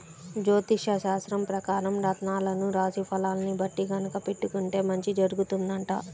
జ్యోతిష్యశాస్త్రం పెకారం రత్నాలను రాశి ఫలాల్ని బట్టి గనక పెట్టుకుంటే మంచి జరుగుతుందంట